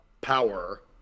power